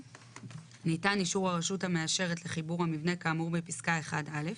(1ד)ניתן אישור הרשות המאשרת לחיבור המבנה כאמור בפסקה )1א),